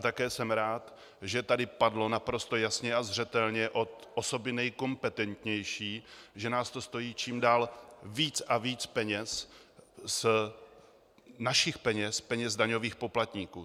A také jsem rád, že tady padlo naprosto jasně a zřetelně od osoby nejkompetentnější, že nás to stojí víc a víc peněz, našich peněz, peněz daňových poplatníků.